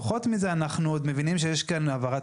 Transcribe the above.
פחות מזה אנחנו עוד מבינים שיש כאן העברת